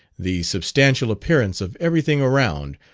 the substantial appearance of every thing around,